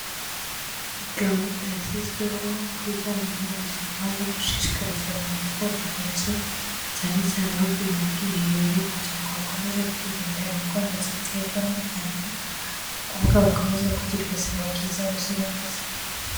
Gahunda yashyizweho ku bijyanye n'ubuzima yo gushishikariza abantu koga intoki, cyane cyane bavuye mu bwiherero kugira ngo bakomeze kwirinda indwara ziterwa n'umwanda, ni ukuvuga bakomeze kugira ubuzima bwiza buzira umuze.